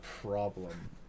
problem